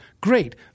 Great